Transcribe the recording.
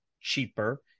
cheaper